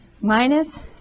minus